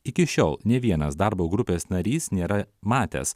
iki šiol nė vienas darbo grupės narys nėra matęs